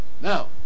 Now